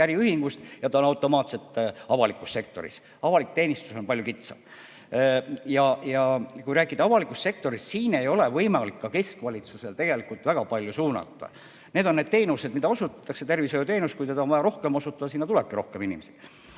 siis ta on automaatselt avalikus sektoris. Avalik teenistus on palju kitsam. Ja kui rääkida avalikust sektorist, siis siin ei ole võimalik keskvalitsusel tegelikult väga palju suunata. Need on teenused, mida osutatakse, ja kui tervishoiuteenust on vaja rohkem osutada, siis sinna tulebki rohkem inimesi.